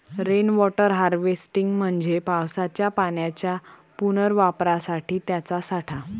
rain water harvesting म्हणजे पावसाच्या पाण्याच्या पुनर्वापरासाठी त्याचा साठा